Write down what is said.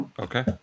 Okay